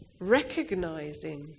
recognizing